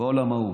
בוא למהות.